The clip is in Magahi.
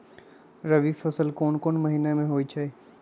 रबी फसल कोंन कोंन महिना में होइ छइ?